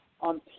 on